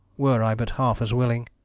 were i but half as willing.